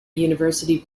university